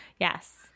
Yes